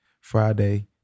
Friday